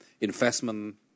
investment